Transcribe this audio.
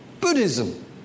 Buddhism